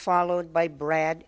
followed by brad